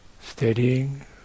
steadying